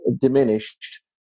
diminished